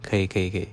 可以可以可以